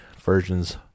versions